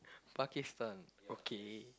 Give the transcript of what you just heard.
Pakistan okay